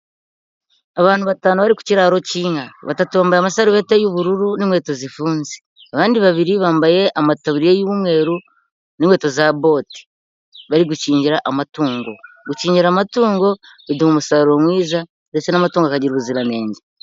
Abantu batanu bari ku kiraro cy'inka, batatu bambaye amasarubeti y'ubururu n'inkweto zifunze, abandi babiri bambaye amataburiya y'umweru n'inkweto za bote, bari gukingira amatungo, gukingira amatungo biduha umusaruro mwiza ndetse n'amatungo akagira ubuziranenge.